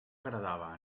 agradava